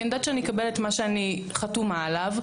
כי אני יודעת שאני אקבל את מה שאני חתומה עליו.